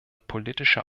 politischer